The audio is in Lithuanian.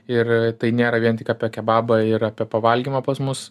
ir tai nėra vien tik apie kebabą ir apie pavalgymą pas mus